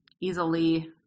easily